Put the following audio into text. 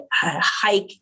hike